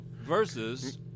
versus